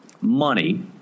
Money